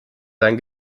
sein